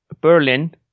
Berlin